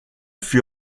fut